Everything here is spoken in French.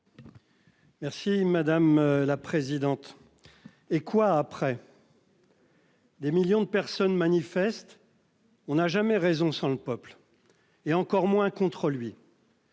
Merci madame la présidente. Et quoi après. Des millions de personnes manifestent. On n'a jamais raison sans le peuple. Et encore moins contre lui.